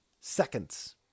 seconds